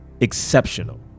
exceptional